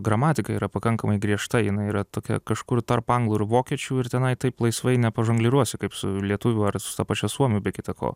gramatika yra pakankamai griežta jinai yra tokia kažkur tarp anglų ir vokiečių ir tenai taip laisvai nepažongliruosi kaip su lietuvių ar su ta pačia suomių be kita ko